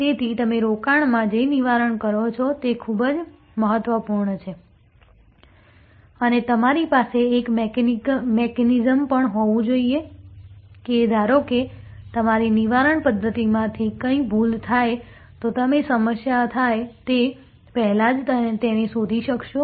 તેથી તમે રોકાણમાં જે નિવારણ કરો છો તે ખૂબ જ મહત્વપૂર્ણ છે અને તમારી પાસે એક મિકેનિઝમ પણ હોવું જોઈએ કે ધારો કે તમારી નિવારણ પદ્ધતિમાંથી કંઈક ભૂલ થાય તો તમે સમસ્યા થાય તે પહેલાં જ તેને શોધી શકશો